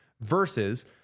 Versus